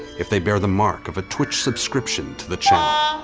if they bear the mark of a twitch subscription to the channel.